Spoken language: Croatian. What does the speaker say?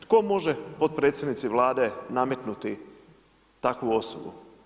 Tko može potpredsjednici Vlade nametnuti takvu osobu?